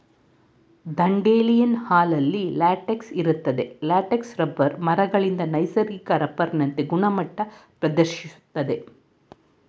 dandelion ಹಾಲಲ್ಲಿ latex ಇರ್ತದೆ latex rubber ಮರಗಳಿಂದ ನೈಸರ್ಗಿಕ ರಬ್ಬರ್ನಂತೆ ಗುಣಮಟ್ಟ ಪ್ರದರ್ಶಿಸ್ತದೆ